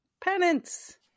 Penance